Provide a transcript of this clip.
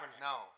No